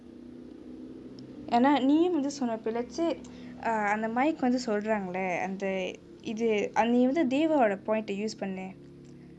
ஏனா:yenaa neem வந்து சொன்ன இப்பே:vanthu sonna ippe let's say uh அந்த:antha mic வந்து சொல்றாங்களே அந்த இது அது நீ வந்து:vanthu soldrangalae antha ithu athu nee vanthu thevaa ஓட:vode point டே:tae use பண்ணு:pannu